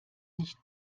nicht